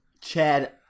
Chad